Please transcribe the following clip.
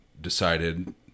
decided